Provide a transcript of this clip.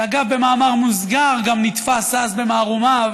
שאגב, במאמר מוסגר, גם נתפס אז במערומיו,